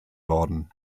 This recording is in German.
worden